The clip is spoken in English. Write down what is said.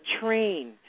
train